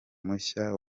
mushya